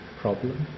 problem